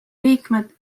liikmed